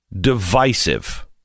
divisive